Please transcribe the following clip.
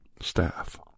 staff